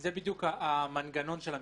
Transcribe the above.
זה בדיוק המנגנון של המכסות.